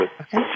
Okay